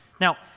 Now